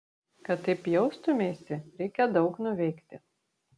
kad taip jaustumeisi reikia daug nuveikti